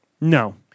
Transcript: No